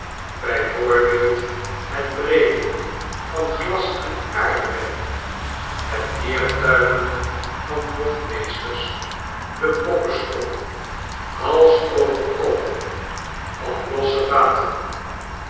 bij voorbeeld het breken van glasen aardewerk het neertuimelen van hofmeesters de bokkesprongen hals over kop van losse vaten